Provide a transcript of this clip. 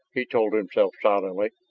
he told himself silently.